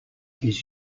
his